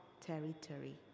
territory